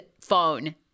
phone